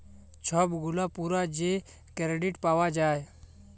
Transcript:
ছব গুলা পুরা যে কেরডিট পাউয়া যায়